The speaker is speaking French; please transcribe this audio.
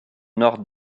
nord